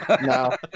No